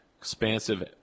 Expansive